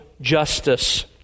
justice